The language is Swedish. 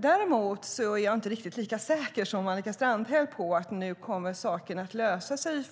Däremot är jag inte lika säker som Annika Strandhäll på att saken nu kommer att lösa sig